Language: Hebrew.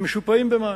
הם משופעים במים.